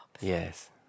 Yes